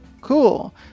Cool